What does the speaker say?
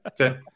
Okay